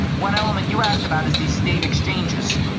one element you asked about is these state exchanges.